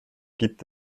gibt